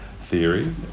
theory